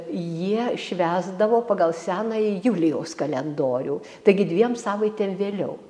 jie švęsdavo pagal senąjį julijaus kalendorių taigi dviem savaitėm vėliau